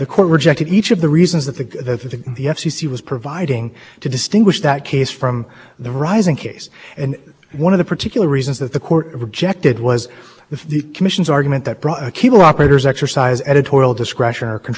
and please the court will have been internet access providers are engaged in transportation not expression and that's clear from the definition the commission's definition of what broadband internet access service is it is a service that provides a capability to transmit or receive